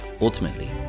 ultimately